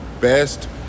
best